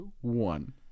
one